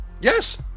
Yes